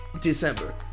December